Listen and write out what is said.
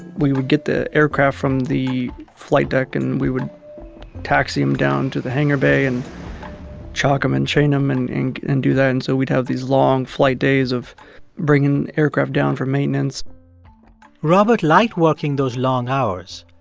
we would get the aircraft from the flight deck, and we would taxi them down to the hangar bay and chalk them um and chain them, and and do that. and so we'd have these long flight days of bringing aircraft down for maintenance robert liked working those long hours.